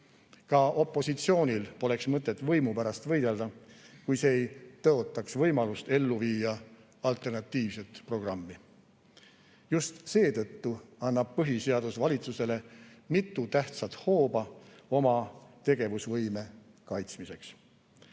Ka opositsioonil poleks mõtet võimu pärast võidelda, kui see ei tõotaks võimalust ellu viia alternatiivset programmi. Just seetõttu annab põhiseadus valitsusele mitu tähtsat hooba oma tegevusvõime kaitsmiseks. Üks